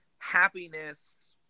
Happiness